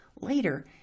Later